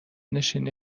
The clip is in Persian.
نشینی